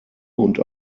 und